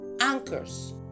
anchors